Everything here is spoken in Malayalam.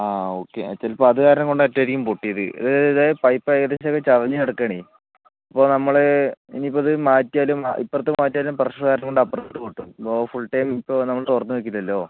ആ ഒക്കെ ചിലപ്പോൾ അതു കാരണം കൊണ്ടായിരിക്കും പൊട്ടിയത് അതായത് ഇത് പൈപ്പ് ഏകദേശം ചതഞ്ഞ് കിടക്കുകയാണ് അപ്പോൾ നമ്മൾ ഇനി ഇപ്പോഴത് മാറ്റിയാലും ഇപ്പുറത്ത് മാറ്റിയാലും പ്രഷർ കാരണം കൊണ്ട് അപ്പുറത്ത് പൊട്ടും അപ്പോൾ ഫുൾ ടൈം ഇപ്പോൾ അതു നമ്മൾ തുറന്ന് വയ്ക്കില്ലല്ലോ